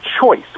choice